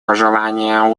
пожелания